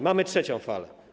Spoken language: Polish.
Mamy trzecią falę.